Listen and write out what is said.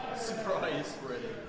surprise really